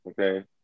okay